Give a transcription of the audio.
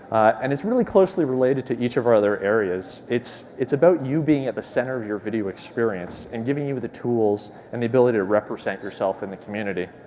and it's really closely related to each of our other areas. it's it's about you being at the center of your video experience and giving you the tools and the ability to represent yourself in the community.